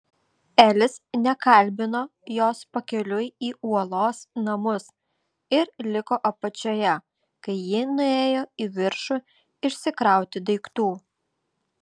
elis nekalbino jos pakeliui į uolos namus ir liko apačioje kai ji nuėjo į viršų išsikrauti daiktų